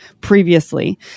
previously